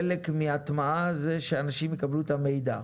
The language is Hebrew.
חלק מההטמעה זה שאנשים יקבלו את המידע.